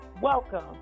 Welcome